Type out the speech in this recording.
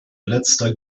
letzter